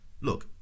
Look